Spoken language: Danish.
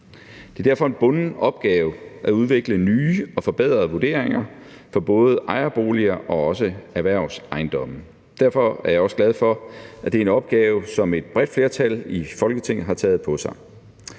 Det er derfor en bunden opgave at udvikle nye og forbedrede vurderinger for både ejerboliger og også erhvervsejendomme. Derfor er jeg også glad for, at det er en opgave, som et bredt flertal i Folketinget har taget på sig.